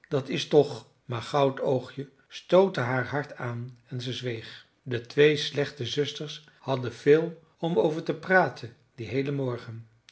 dat is toch maar goudoogje stootte haar hard aan en ze zweeg de twee slechte zusters hadden veel om over te praten dien heelen morgen